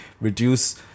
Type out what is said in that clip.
reduce